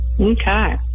Okay